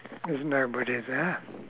is nobody there